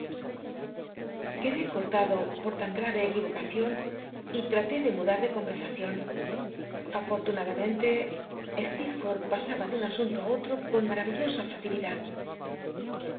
quedé coi'lndo por tan grare cquirocacion y trató de mudar de conrersacion afortunadamente steerforth pasal l de un asunto á oho con mara illosa facilidad